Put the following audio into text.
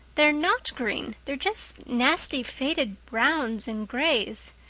they're not green they're just nasty faded browns and grays.